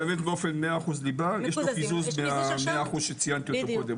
מי שיש לו 100% ליבה יש לו קיזוז מה-100% שציינת אותו קודם,